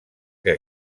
que